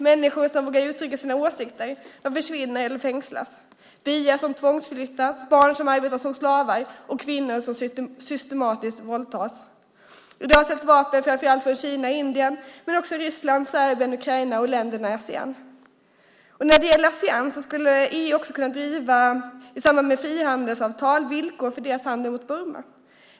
Människor som vågar uttrycka sina åsikter försvinner eller fängslas. Byar tvångsflyttas, barn arbetar som slavar, och kvinnor våldtas systematiskt. I dag säljs vapen från framför allt Kina och Indien, men också från Ryssland, Serbien, Ukraina och länderna i Asean. När det gäller Asean skulle EU i samband med frihandelsavtal också kunna driva på i fråga om villkor för deras handel med Burma.